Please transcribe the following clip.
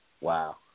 Wow